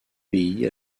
pays